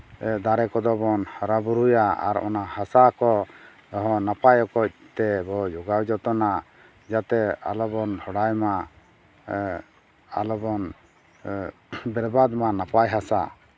ᱫᱟᱨᱮ ᱠᱚᱫᱚᱵᱚᱱ ᱦᱟᱨᱟ ᱵᱩᱨᱩᱭᱟ ᱟᱨ ᱚᱱᱟ ᱦᱟᱥᱟ ᱠᱚᱦᱚᱸ ᱱᱟᱯᱟᱭ ᱚᱠᱚᱡᱽ ᱛᱮᱵᱚᱱ ᱡᱚᱜᱟᱣ ᱡᱚᱛᱚᱱᱟ ᱡᱟᱛᱮ ᱟᱞᱚᱵᱚᱱ ᱰᱷᱚᱰᱟᱭ ᱢᱟ ᱟᱞᱚᱵᱚᱱ ᱵᱮᱨᱵᱟᱫ ᱢᱟ ᱱᱟᱯᱟᱭ ᱦᱟᱥᱟ